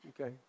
Okay